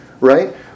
Right